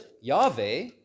Yahweh